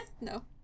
No